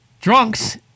Drunks